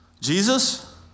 Jesus